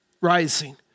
rising